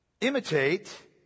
imitate